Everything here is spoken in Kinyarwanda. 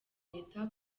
leta